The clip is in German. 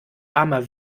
armer